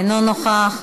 אינו נוכח,